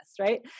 right